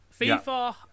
FIFA